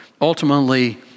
ultimately